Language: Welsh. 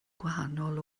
gwahanol